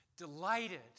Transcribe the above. delighted